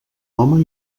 home